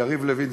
יריב לוין,